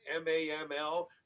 MAML